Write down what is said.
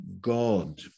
god